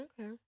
okay